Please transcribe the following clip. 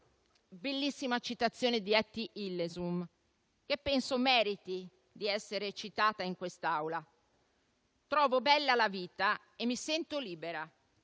bellissima citazione di Etty Hillesum che penso meriti di essere citata in quest'Aula: trovo bella la vita e mi sento libera.